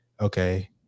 okay